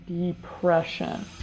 depression